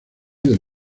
del